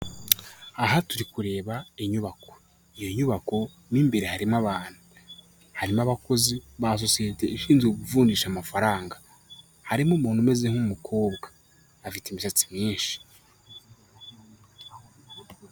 Aha turi kureba inyubako iyo nyubako mu imbere harimo abantu, harimo abakozi ba sosiyete ishinzwe kuvunjisha amafaranga, harimo umuntu umeze nk'umukobwa afite imisatsi myinshi.